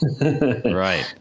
right